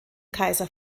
kaiser